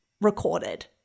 recorded